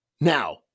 Now